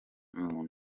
muntu